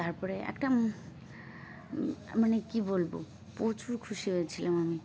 তারপরে একটা মানে কী বলবো প্রচুর খুশি হয়েছিলাম আমি